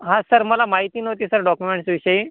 हा सर मला माहिती नव्हती सर डॉक्युमेंट्सविषयी